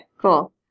Cool